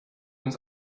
uns